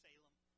Salem